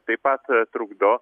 taip pat trukdo